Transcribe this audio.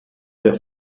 der